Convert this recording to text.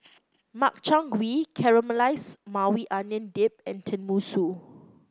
Makchang Gui Caramelized Maui Onion Dip and Tenmusu